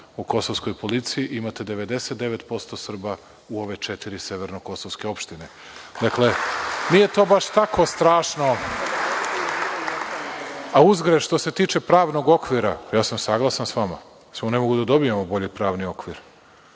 u kosovskoj policiji imate 99% Srba u ove četiri severnokosovske opštine. Dakle, nije to baš tako strašno. Uzgred, što se tiče pravnog okvira, ja sam saglasan sa vama, samo ne možemo da dobijemo bolji pravni okvir.